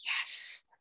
yes